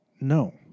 no